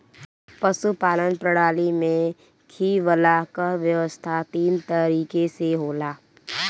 पशुपालन प्रणाली में खियवला कअ व्यवस्था तीन तरीके से होला